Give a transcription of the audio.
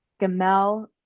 Gamel